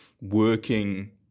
working